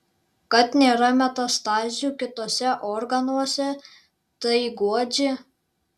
kad nėra metastazių kituose organuose tai guodžia